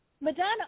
Madonna